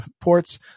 ports